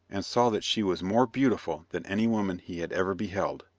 and saw that she was more beautiful than any woman he had ever beheld.